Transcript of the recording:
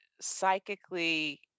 psychically